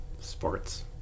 Sports